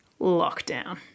Lockdown